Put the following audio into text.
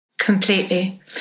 Completely